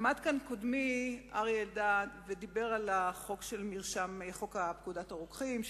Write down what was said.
עמד כאן קודמי אריה אלדד ודיבר על החוק לתיקון פקודת הרוקחים,